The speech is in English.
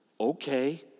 Okay